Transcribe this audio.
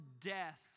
death